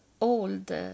old